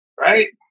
Right